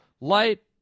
light